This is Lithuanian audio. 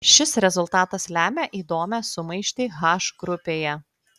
šis rezultatas lemia įdomią sumaištį h grupėje